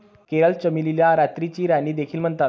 coral चमेलीला रात्रीची राणी देखील म्हणतात